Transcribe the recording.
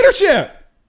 Leadership